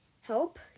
help